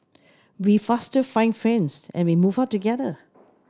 we faster find friends and we move out together